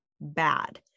bad